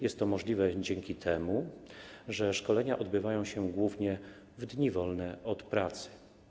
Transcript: Jest to możliwe dzięki temu, że szkolenia odbywają się głównie w dni wolne od pracy.